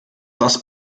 was